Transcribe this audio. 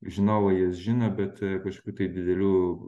žinau jas žino bet kažkokių tai didelių